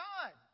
God